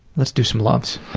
let's do some loves'matty